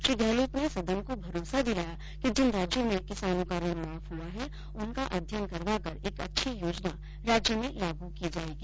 श्री गहलोत ने सदन को भरोसा दिलाया कि जिन राज्यों में किसानों का ऋण माफ हुआ है उनका अध्ययन करवाकर एक अच्छी योजना राज्य में लागू की जायेगी